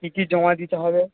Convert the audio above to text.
কী কী জমা দিতে হবে